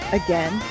again